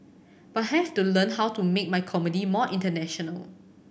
but have to learn how to make my comedy more international